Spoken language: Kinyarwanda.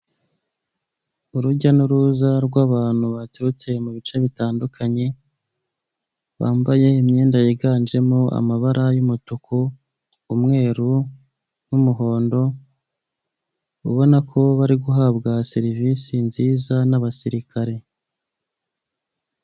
Urujya n'uruza rw'abantu baturutse mu bice bitandukanye bambaye imyenda yiganjemo amabara y'umutuku, umweru, n'umuhondo, ubona ko bari guhabwa serivisi nziza n'abasirikare.